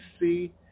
see